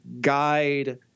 guide